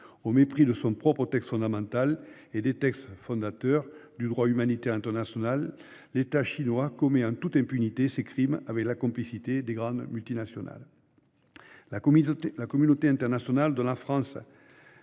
Au mépris de son propre texte fondamental et des textes fondateurs du droit humanitaire international, l'État chinois commet en toute impunité ces crimes, avec la complicité des grandes multinationales. La communauté internationale, dont la France,